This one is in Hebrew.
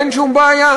אין שום בעיה.